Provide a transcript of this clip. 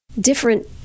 different